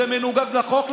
זה מנוגד לחוק,